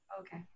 Okay